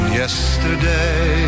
yesterday